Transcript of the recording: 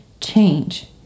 change